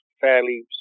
fairly